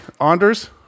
Anders